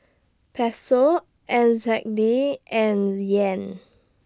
Peso N Z D and Yen